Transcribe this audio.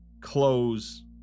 close